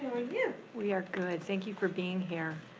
you? we are good. thank you for being here.